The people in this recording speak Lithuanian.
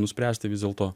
nuspręsti vis dėlto